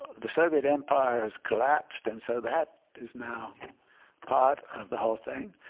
the soviet empire has collapsed. and so that is now part of the whole thing.